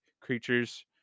creatures